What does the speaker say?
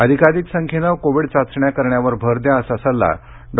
जास्तीत जास्त संख्येनं कोविड चाचण्या करण्यावर भर द्या असा सल्ला डॉ